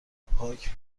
پاک